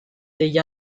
degli